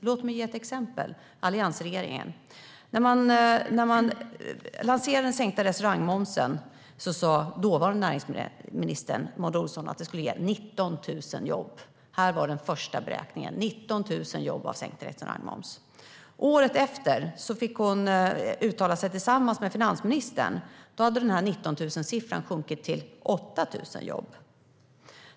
Låt mig ge ett exempel: När alliansregeringen lanserade den sänkta restaurangmomsen sa den dåvarande näringsministern Maud Olofsson att det skulle ge 19 000 jobb. Det var den första beräkningen: 19 000 jobb genom sänkt restaurangmoms. Året efter fick hon uttala sig tillsammans med finansministern. Då hade 19 000-siffran sjunkit till 8 000 jobb.